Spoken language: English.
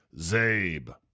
Zabe